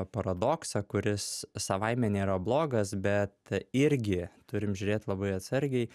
paradoksą kuris savaime nėra blogas bet irgi turim žiūrėt labai atsargiai